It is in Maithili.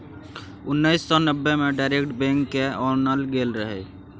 उन्नैस सय नब्बे मे डायरेक्ट बैंक केँ आनल गेल रहय